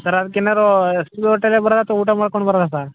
sir ಅದ್ಕೆ ಏನಾದ್ರೂ ಹಸ್ದ ಹೊಟ್ಟೇಲ್ಲೆ ಬರೋದ ಅಥವಾ ಊಟ ಮಡ್ಕೊಂಡು ಬರೋದಾ ಸರ್